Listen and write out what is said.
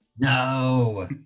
No